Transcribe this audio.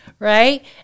right